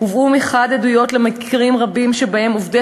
הובאו מחד גיסא עדויות על מקרים רבים שבהם עובדי